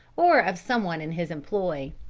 or of some one in his employ.